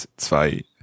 zwei